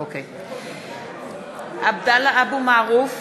(קוראת בשמות חברי הכנסת) עבדאללה אבו מערוף,